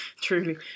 truly